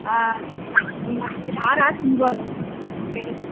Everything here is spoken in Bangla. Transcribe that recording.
হ্যাঁ আর আর কি বলো